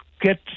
get